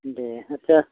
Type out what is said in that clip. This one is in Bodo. दे आथसा